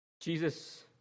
Jesus